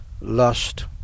lust